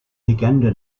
legende